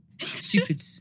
Stupid